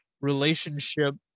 relationship